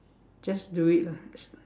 just do it lah